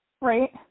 Right